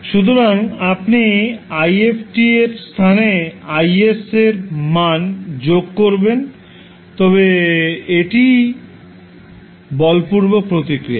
সুতরাং আপনি if এর স্থানে Is এর মান যোগ করবেন তবে এটিই বলপূর্বক প্রতিক্রিয়া